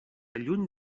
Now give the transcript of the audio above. lluny